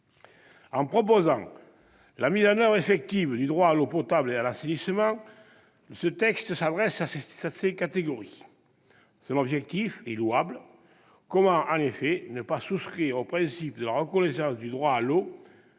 En proposant la mise en oeuvre effective du droit à l'eau potable et à l'assainissement, le texte s'adresse à ces catégories. Son objectif est louable. Comment, en effet, ne pas souscrire au principe de la reconnaissance du droit à l'eau